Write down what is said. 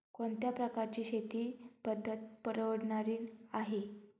कोणत्या प्रकारची शेती पद्धत परवडणारी आहे?